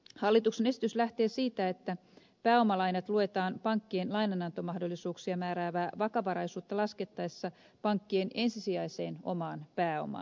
hallituksen esitys lähtee siitä että pääomalainat luetaan pankkien lainanantomahdollisuuksia määräävää vakavaraisuutta laskettaessa pankkien ensisijaiseen omaan pääomaan